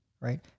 Right